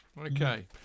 Okay